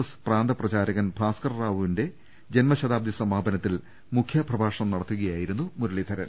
S പ്രാന്തപ്രചാരകൻ ഭാസ്കർ റാവു വിന്റെ ജന്മശതാബ്ദി സമാപനത്തിൽ മുഖ്യപ്രഭാഷണം നട ത്തുകയായിരുന്നു മുരളീധരൻ